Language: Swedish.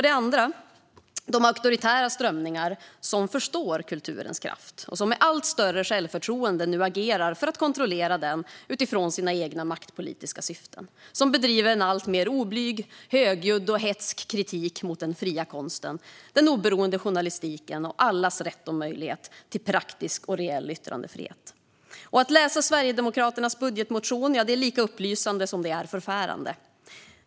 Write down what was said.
Den andra är de auktoritära strömningar som förstår kulturens kraft och som med allt större självförtroende nu agerar för att kontrollera den utifrån sina egna maktpolitiska syften, de strömningar som bedriver en alltmer oblyg, högljudd och hätsk kritik mot den fria konsten, den oberoende journalistiken och allas rätt och möjlighet till praktisk och reell yttrandefrihet. Att läsa Sverigedemokraternas budgetmotion är lika upplysande som det är förfärande.